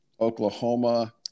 Oklahoma